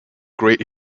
great